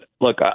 look